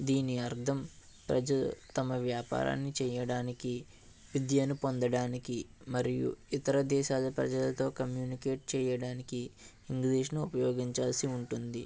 దీని అర్థం ప్రజలు తమ వ్యాపారాన్ని చేయడానికి విద్యను పొందడానికి మరియు ఇతర దేశాల ప్రజలతో కమ్యూనికేట్ చేయడానికి ఇంగ్లీష్ను ఉపయోగించాల్సి ఉంటుంది